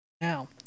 now